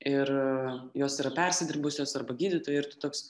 ir jos yra persidirbusios arba gydytojai ir tu toks